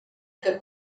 que